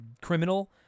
criminal